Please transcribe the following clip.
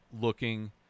looking